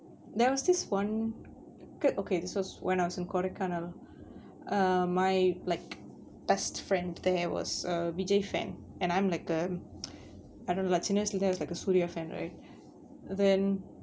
there was this one good okay this was when I was in kodaikanal uh my like best friend there was a vijay fan and I'm like um I don't know lah சின்ன வயசுலிந்தே:chinna vayasulinthae is like a suria fan right then